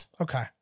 okay